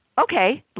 okay